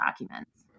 documents